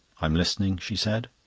i'm listening, she said.